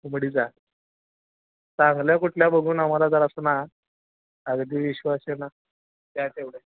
उमडीचा चांगल्या कुठल्या बघून आम्हाला जरा असं ना अगदी विश्वास आहे ना द्या तेवढे